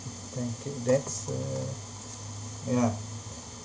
thank you that's uh yeah